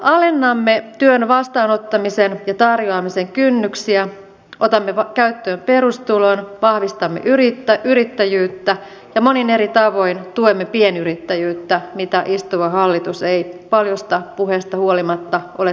alennamme työn vastaanottamisen ja tarjoamisen kynnyksiä otamme käyttöön perustulon vahvistamme yrittäjyyttä ja monin eri tavoin tuemme pienyrittäjyyttä mitä istuva hallitus ei paljosta puheesta huolimatta ole tekemässä